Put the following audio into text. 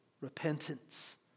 repentance